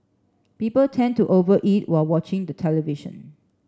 people tend to over eat while watching the television